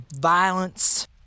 violence